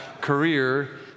career